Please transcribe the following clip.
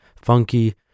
funky